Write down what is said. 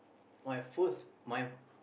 my first my